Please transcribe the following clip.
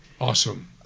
Awesome